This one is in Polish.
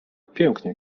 pięknie